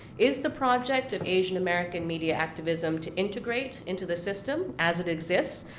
is the project of asian american media activism to integrate into the system as it exists,